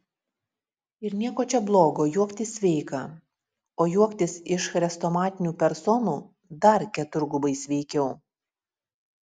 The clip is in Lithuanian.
ir nieko čia blogo juoktis sveika o juoktis iš chrestomatinių personų dar keturgubai sveikiau